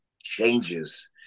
changes